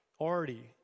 already